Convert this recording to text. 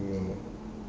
mm